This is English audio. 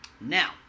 Now